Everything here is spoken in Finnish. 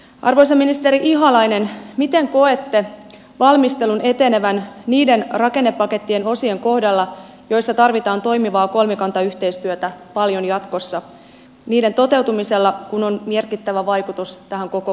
arvoisa ministeri ihalainen miten koette valmistelun etenevän niiden rakennepakettien osien kohdalla joissa tarvitaan toimivaa kolmikantayhteistyötä paljon jatkossa niiden toteutumisella kun on merkittävä vaikutus tähän koko kokonaisuuteen